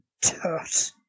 Tut